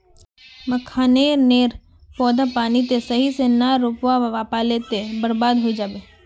मखाने नेर पौधा पानी त सही से ना रोपवा पलो ते बर्बाद होय जाबे